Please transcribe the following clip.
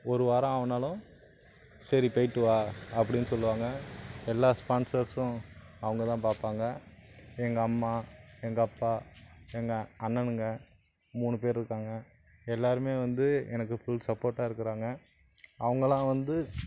ஒரு வாரம் ஆகுனாலும் சரி போய்ட்டு வா அப்படினு சொல்லுவாங்க எல்லா ஸ்பான்சர்ஸும் அவங்கதான் பார்ப்பாங்க எங்கள் அம்மா எங்கள் அப்பா எங்கள் அண்ணனுங்க மூணு பேர் இருக்காங்க எல்லாருமே வந்து எனக்கு ஃபுல் சப்போட்டாக இருக்கிறாங்க அவங்கலாம் வந்து